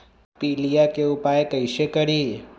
पीलिया के उपाय कई से करी?